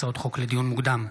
הצעות חוק לדיון מוקדם,